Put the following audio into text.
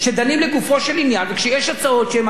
וכשהם מעלים הצעות שהן הצעות נכונות,